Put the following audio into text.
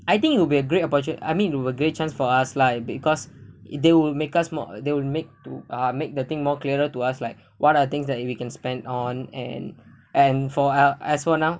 I think it'll be a great oportun~ I mean it a great chance for us lah because it they will make us more they will make to ah make the thing more clearer to us like what are things that we can spend on and and for l as for now